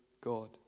God